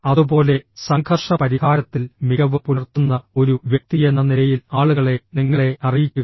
അതുപോലെ സംഘർഷ പരിഹാരത്തിൽ മികവ് പുലർത്തുന്ന ഒരു വ്യക്തിയെന്ന നിലയിൽ ആളുകളെ നിങ്ങളെ അറിയിക്കുക